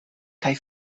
kaj